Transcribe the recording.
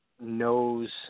knows